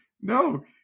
No